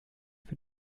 wird